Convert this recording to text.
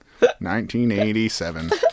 1987